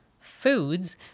foods